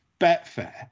Betfair